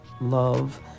love